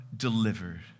delivered